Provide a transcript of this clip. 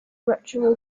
ritual